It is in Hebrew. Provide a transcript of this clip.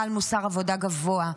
בעל מוסר עבודה גבוה,